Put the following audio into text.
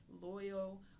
loyal